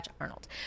Arnold